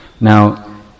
Now